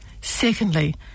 secondly